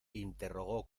interrogó